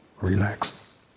relax